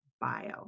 bio